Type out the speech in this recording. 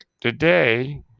Today